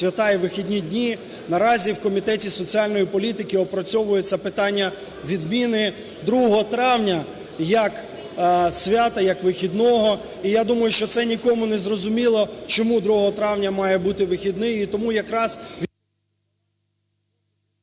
свята і вихідні дні, наразі в Комітеті соціальної політики опрацьовується питання відміни 2 травня як свята, як вихідного. І я думаю, що це нікому незрозуміло, чому 2 травня має бути вихідний.